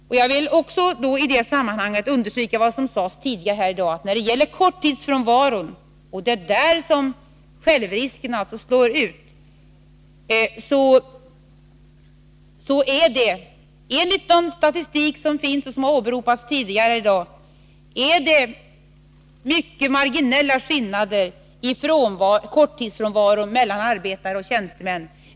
Jag vill i detta sammanhang understryka vad som sades tidigare i dag, nämligen att när det gäller korttidsfrånvaron — och det är där som självrisken slår ut — så är det enligt den statistik som finns och som åberopats tidigare i dag mycket marginella skillnader i korttidsfrånvaro mellan arbetare och tjänstemän.